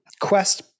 Quest